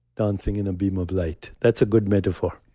dancing in a beam of light. that's a good metaphor